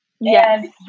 Yes